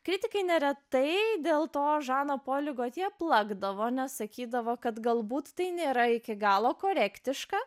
kritikai neretai dėl to žano polio gotje plakdavo nesakydavo kad galbūt tai nėra iki galo korektiška